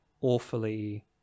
awfully